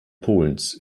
polens